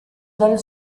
dal